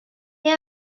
they